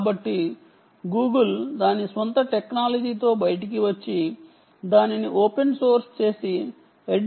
కాబట్టి గూగుల్ దాని స్వంత టెక్నాలజీతో బయటకు వచ్చి దానిని ఓపెన్ సోర్స్ చేసి ఎడ్డీస్టోన్ అని పిలిచింది